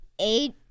Eight